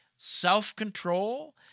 Self-control